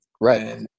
Right